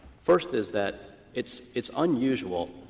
first is that it's it's unusual,